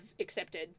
accepted